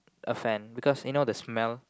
a fan because you know the smell